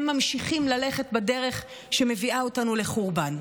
הם ממשיכים ללכת בדרך שמביאה אותנו לחורבן.